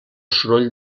soroll